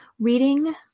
reading